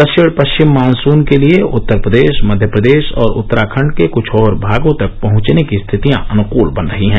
दक्षिण पश्चिम मॉनसून के लिये उत्तर प्रदेश मध्य प्रदेश और उत्तराखंड के कुछ और भागों तक पहुंचने की स्थितियां अनुकूल बन रही हैं